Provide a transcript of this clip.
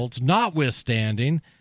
notwithstanding